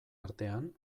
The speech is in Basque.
artean